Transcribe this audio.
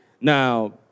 Now